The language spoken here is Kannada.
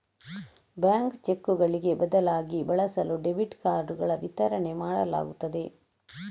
ಬ್ಯಾಂಕ್ ಚೆಕ್ಕುಗಳಿಗೆ ಬದಲಿಯಾಗಿ ಬಳಸಲು ಡೆಬಿಟ್ ಕಾರ್ಡುಗಳ ವಿತರಣೆ ಮಾಡಲಾಗುತ್ತದೆ